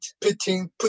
putting